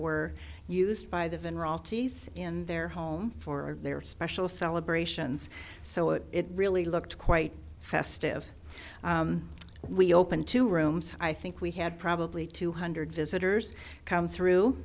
were used by the van royalties in their home for their special celebrations so it it really looked quite festive we opened two rooms i think we had probably two hundred visitors come through